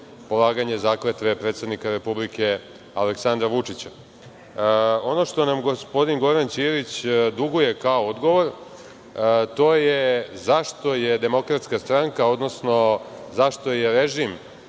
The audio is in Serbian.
polaganje zakletve predsednika Republike Aleksandra Vučića. Ono što nam gospodin Goran Ćirić duguje kao odgovor, to je zašto je DS, odnosno zašto je režim